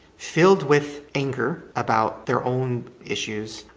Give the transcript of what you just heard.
filled with anger about their own issues,